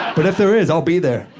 but if there is, i'll be there.